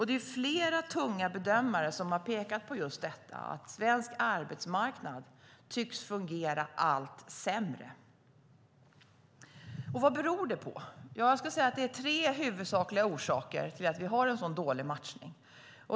Det är flera tunga bedömare som har pekat på just detta, att svensk arbetsmarknad tycks fungera allt sämre. Vad beror det på? Jag skulle säga att det är tre huvudsakliga orsaker till att vi har en sådan dålig matchning.